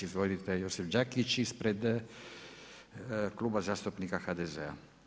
Izvolite Josip Đakić ispred Kluba zastupnika HDZ-a.